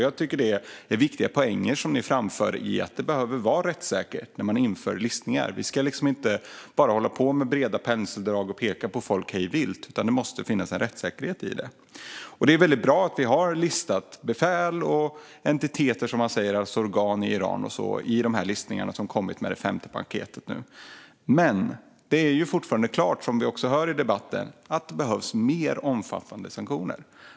Jag tycker att ni framför en viktig poäng i att det behöver vara rättssäkert när man inför listningar. Vi ska inte måla med breda penseldrag och peka ut folk hej vilt, utan det måste finnas en rättssäkerhet i detta. Det är bra att vi har listat befäl och entiteter, det vill säga organ, i Iran genom listningarna i femte paketet. Men som vi hör i debatten är det tydligt att det behövs mer omfattande sanktioner.